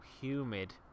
humid